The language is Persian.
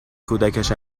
کودکش